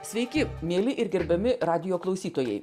sveiki mieli ir gerbiami radijo klausytojai